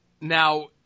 Now